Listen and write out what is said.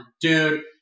Dude